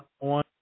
on